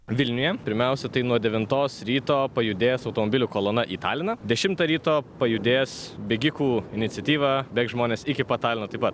vilniuje pirmiausia tai nuo devintos ryto pajudės automobilių kolona į taliną dešimtą ryto pajudės bėgikų iniciatyva bėgs žmonės iki pat talino taip pat